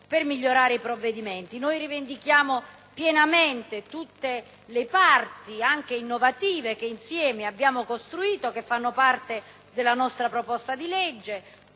per migliorare i provvedimenti. Rivendichiamo pienamente tutte le parti, anche innovative, che insieme abbiamo costruito e che fanno parte della nostra proposta di legge,